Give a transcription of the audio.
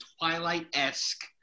Twilight-esque